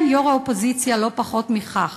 כן, יו"ר האופוזיציה, לא פחות מכך,